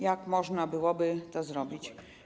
Jak można byłoby to zrobić?